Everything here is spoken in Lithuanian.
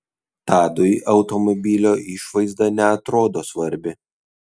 tadui automobilio išvaizda neatrodo svarbi